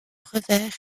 revers